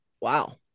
Wow